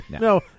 No